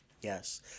Yes